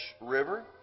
river